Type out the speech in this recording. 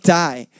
die